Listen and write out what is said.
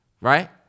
Right